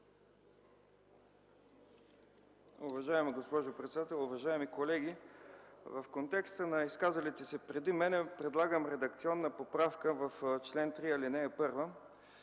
Уважаема госпожо председател, уважаеми колеги, в контекста на изказалите се преди мен, предлагам редакционна поправка: в чл. 3, ал. 1